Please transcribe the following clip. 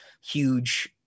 huge